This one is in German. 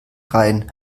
rein